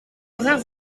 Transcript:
brun